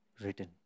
written